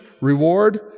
reward